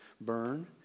burn